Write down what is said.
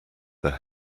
their